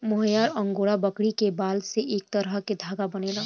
मोहयार angora बकरी के बाल से एक तरह के धागा बनेला